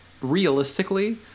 realistically